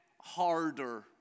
harder